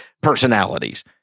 personalities